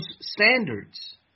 standards